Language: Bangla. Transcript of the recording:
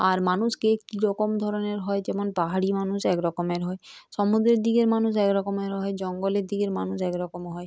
আর মানুষ কে কী রকম ধরনের হয় যেমন পাহাড়ি মানুষ এক রকমের হয় সমুদ্রের দিকের মানুষ এক রকমের হয় জঙ্গলের দিকের মানুষ এক রকম হয়